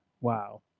wow